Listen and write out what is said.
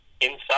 inside